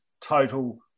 total